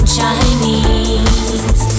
Chinese